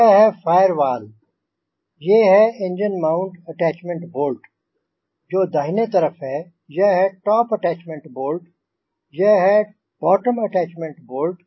यह है फ़ाइअर्वॉल ये हैं एंजिन माउंट अटैच्मेंट बोल्ट जो दाहिने तरफ़ है यह है टॉप अटैच्मेंट बोल्ट यह है बॉटम अटैच्मेंट बोल्ट